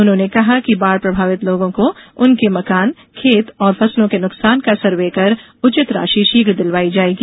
उन्होंने कहा कि बाढ़ प्रभावित लोगों को उनके मकान खेत और फसलों के नुकसान का सर्वे कर उचित राशि शीघ्र दिलवाई जाएगी